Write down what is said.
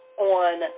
on